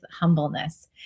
humbleness